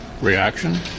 reaction